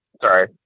Sorry